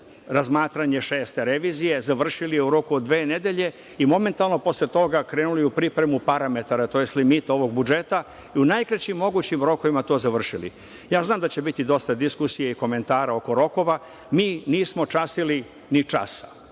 razmatranje šeste revizije, završili je u roku od dve nedelje i momentalno posle toga krenuli u pripremu parametara, tj. limita ovog budžeta i u najkraćim mogućim rokovima to završili. Znam da će biti dosta diskusije i komentara oko rokova. Mi nismo časili ni časa.